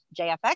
JFX